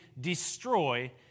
destroy